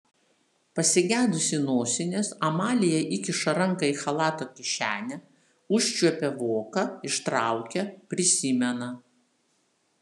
pasigedusi nosinės amalija įkiša ranką į chalato kišenę užčiuopia voką ištraukia prisimena